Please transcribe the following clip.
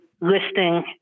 listing